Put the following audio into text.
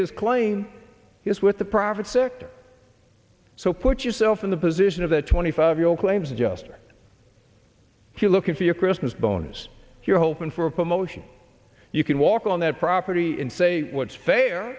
this claim is with the private sector so put yourself in the position of the twenty five year old claims that esther if you're looking for your christmas bonus if you're hoping for a promotion you can walk on that property and say what's fair